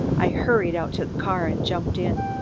i hurried out to the car and jumped in.